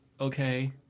okay